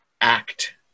act